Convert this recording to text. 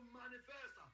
manifest